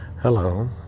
Hello